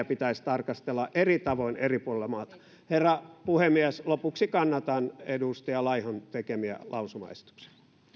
pitäisi tarkastella eri tavoin eri puolilla maata herra puhemies lopuksi kannatan edustaja laihon tekemiä lausumaesityksiä